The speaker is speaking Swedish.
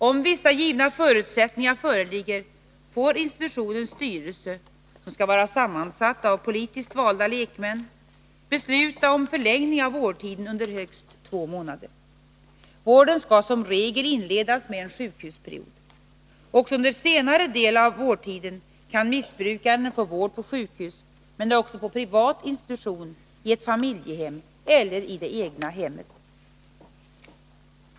Om vissa givna förutsättningar föreligger får institutionens styrelse, som skall vara sammansatt av politiskt valda lekmän, besluta om förlängning av vårdtiden med högst två månader. Vården skall som regel inledas med en sjukhusperiod. Också under senare del av vårdtiden kan missbrukaren få vård på sjukhus, men också på privat institution, i ett familjehem eller i det egna hemmet.